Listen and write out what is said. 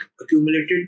accumulated